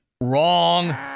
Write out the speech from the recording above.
Wrong